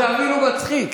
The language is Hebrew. זה אפילו מצחיק.